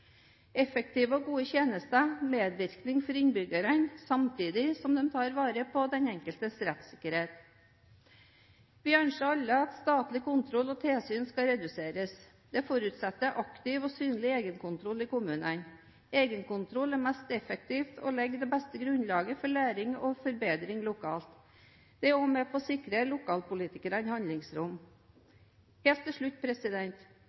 effektive og gode tjenester, medvirkning for innbyggerne – samtidig som de tar vare på den enkeltes rettssikkerhet. Vi ønsker alle at statlig kontroll og tilsyn skal reduseres. Det forutsetter aktiv og synlig egenkontroll i kommunene. Egenkontroll er mest effektivt og legger det beste grunnlaget for læring og forbedring lokalt. Det er også med på å sikre lokalpolitikernes handlingsrom. Helt til slutt: